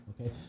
Okay